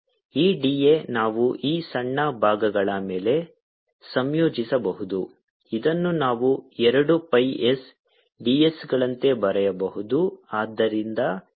ಈ d a ನಾವು ಈ ಸಣ್ಣ ಭಾಗಗಳ ಮೇಲೆ ಸಂಯೋಜಿಸಬಹುದು ಇದನ್ನು ನಾವು ಎರಡು pi s dsಗಳಂತೆ ಬರೆಯಬಹುದು